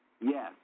yes